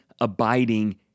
abiding